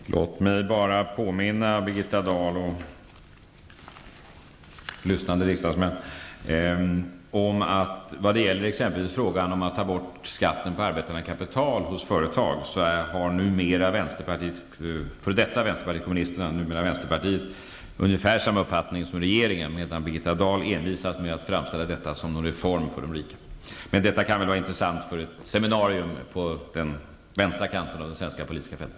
Fru talman! Låt mig bara påminna Birgitta Dahl och lyssnande riksdagsmän om att vad gäller exempelvis frågan om att ta bort skatten på arbetande kapital i företag har f.d. vänsterpartiet kommunisterna, nu vänsterpartiet, numera ungefär samma uppfattning som regeringen, medan Birgitta Dahl envisas med att framställa detta som en reform för de rika. Men detta kan väl vara intressant för ett seminarium på den vänstra kanten av det svenska politiska fältet.